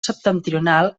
septentrional